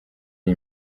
iri